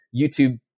YouTube